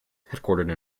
headquartered